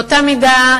באותה מידה,